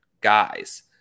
guys